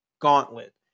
gauntlet